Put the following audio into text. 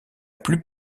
plus